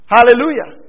Hallelujah